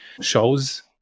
shows